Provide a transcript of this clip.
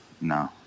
No